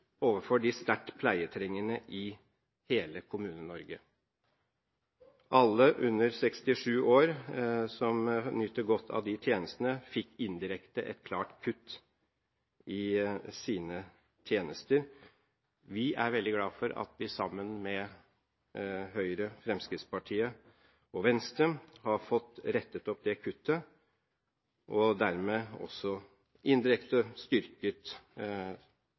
overfor de sterkt pleietrengende i hele Kommune-Norge. Alle under 67 år som nyter godt av de tjenestene, fikk indirekte et klart kutt i sine tjenester. Vi er veldig glad for at vi sammen med Høyre, Fremskrittspartiet og Venstre har fått rettet opp det kuttet og dermed også indirekte styrket